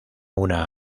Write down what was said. una